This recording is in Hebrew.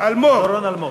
דורון אלמוג.